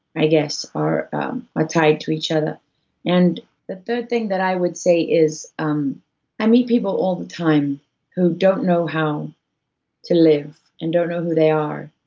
i guess, are ah tied to each other and the third thing that i would say is um i meet people all the time who don't know how to live, and don't know who they are,